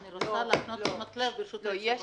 אני רוצה להפנות תשומת לבכם, ברשות היושב-ראש,